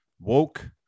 woke